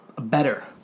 better